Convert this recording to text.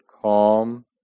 calm